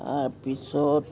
তাৰপিছত